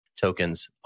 tokens